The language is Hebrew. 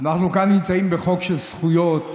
אנחנו כאן נמצאים בחוק של זכויות